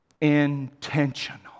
Intentional